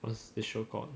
what's this show called